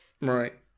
Right